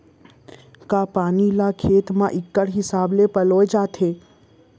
का पानी ला खेत म इक्कड़ हिसाब से पलोय जाथे?